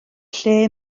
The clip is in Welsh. lle